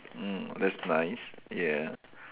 mm that's nice yeah